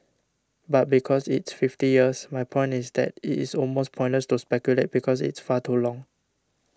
but because it's fifty years my point is that it is almost pointless to speculate because it's far too long